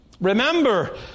Remember